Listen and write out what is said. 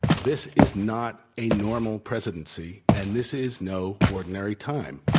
this is not a normal presidency and this is no ordinary time.